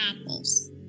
apples